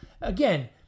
Again